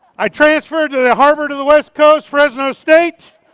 i transferred to the harvard of the west coast, fresno state.